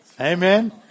Amen